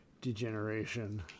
degeneration